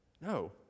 No